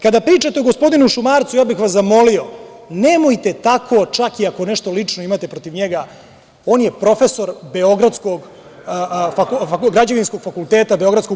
Kada pričate o gospodinu Šumarcu, ja bih vas zamolio, nemojte tako, čak i ako nešto lično imate protiv njega, on je profesor Građevinskog fakulteta BU.